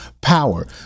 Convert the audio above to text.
power